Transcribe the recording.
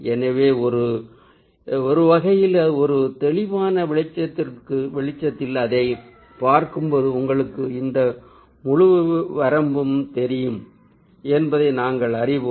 எனவே ஒரு வகையில் ஒரு தெளிவான வெளிச்சத்தில் அதைப் பார்க்கும்போது உங்களுக்குத் இந்த முழு வரம்பும் தெரியும் என்பதையும் நாங்கள் அறிவோம்